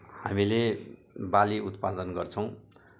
हामीले बाली उत्पादन गर्छौँ